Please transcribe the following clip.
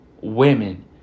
women